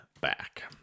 back